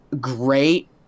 great